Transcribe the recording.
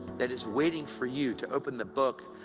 that is waiting for you to open the book,